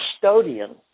custodian